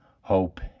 hope